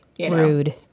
Rude